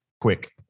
quick